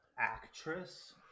actress